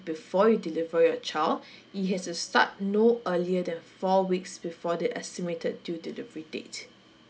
before you deliver your child it has to start no earlier than four weeks before the estimated due delivery date